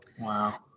Wow